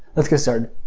let's get started.